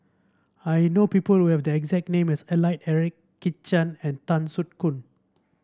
I know people who have the exact name as Alfred Eric Kit Chan and Tan Soo Khoon